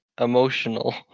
emotional